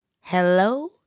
Hello